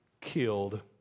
killed